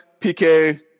PK